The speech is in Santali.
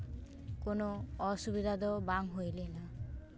ᱠᱳᱱᱳ ᱚᱥᱩᱵᱤᱫᱷᱟ ᱫᱚ ᱵᱟᱝ ᱦᱩᱭ ᱞᱮᱱᱟ